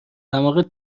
دماغت